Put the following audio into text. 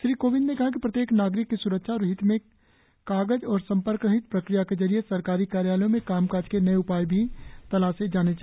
श्री कोविंद ने कहा कि प्रत्येक नागरिक की स्रक्षा और हित में कागज और संपर्क रहित प्रक्रिया के जरिए सरकारी कार्यालयों में कामकाज के नए उपाय भी तलाशे जानें चाहिए